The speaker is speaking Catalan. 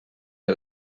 que